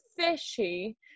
fishy